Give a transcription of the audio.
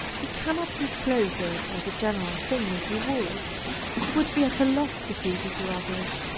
he cannot disclose it, as a general thing, if he would he would be at a loss to teach it to others.